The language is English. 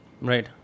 Right